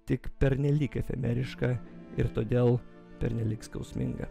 tik pernelyg efemeriška ir todėl pernelyg skausminga